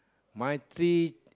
my treat